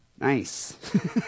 nice